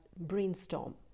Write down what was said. Brainstorm